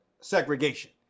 segregation